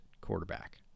quarterback